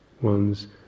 one's